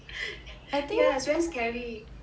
yeah it's very scary